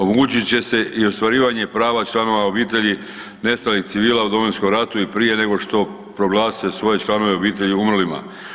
Omogućit će se i ostvarivanje prava članova obitelji nestalih civila u Domovinskom ratu i prije nego što proglase svoje članove obitelji umrlima.